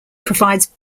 provides